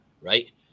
right